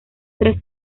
tres